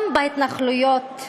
גם בהתנחלויות.